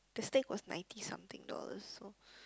the steak was ninety something dollar so